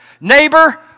neighbor